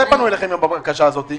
מתי פנו אליכם עם הבקשה הזאת?